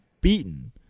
beaten